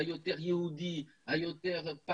היותר יהודי,